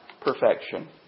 perfection